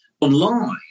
Online